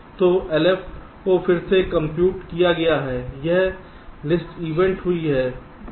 तो LF को फिर से कंप्यूट किया गया है एक लिस्ट इवेंट हुई है